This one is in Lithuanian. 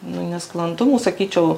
nu nesklandumų sakyčiau